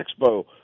Expo